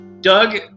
Doug